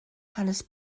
hanes